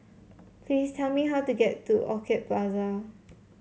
please tell me how to get to Orchid Plaza